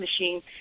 machine